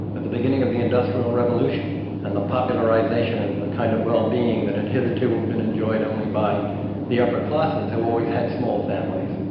but the beginning of the industrial revolution and the popularisation of the kind of well-being that had and hitherto been enjoyed only by the upper classes who always had small families,